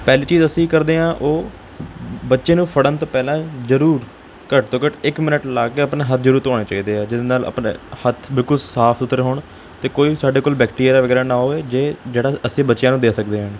ਪਹਿਲੀ ਚੀਜ਼ ਅਸੀਂ ਕਰਦੇ ਹਾਂ ਉਹ ਬੱਚੇ ਨੂੰ ਫੜਨ ਤੋਂ ਪਹਿਲਾਂ ਜ਼ਰੂਰ ਘੱਟ ਤੋਂ ਘੱਟ ਇੱਕ ਮਿੰਟ ਲਾ ਕੇ ਆਪਣੇ ਹੱਥ ਜ਼ਰੂਰ ਧੋਣੇ ਚਾਹੀਦੇ ਆ ਜਿਹਦੇ ਨਾਲ ਆਪਣੇ ਹੱਥ ਬਿਲਕੁਲ ਸਾਫ਼ ਸੁਥਰੇ ਹੋਣ ਅਤੇ ਕੋਈ ਵੀ ਸਾਡੇ ਕੋਲ ਬੈਕਟੀਰੀਆ ਵਗੈਰਾ ਨਾ ਹੋਵੇ ਜੇ ਜਿਹੜਾ ਅਸੀਂ ਬੱਚਿਆਂ ਨੂੰ ਦੇ ਸਕਦੇ ਹਾਂ